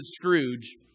Scrooge